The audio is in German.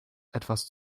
etwas